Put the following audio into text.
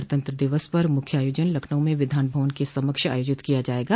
गणतंत्र दिवस पर मुख्य आयोजन लखनऊ में विधान भवन के समक्ष आयोजित किया जायेगा